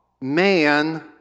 man